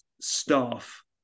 staff